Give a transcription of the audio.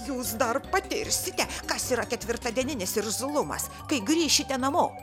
jūs dar patirsite kas yra ketvirtadieninis irzlumas kai grįšite namo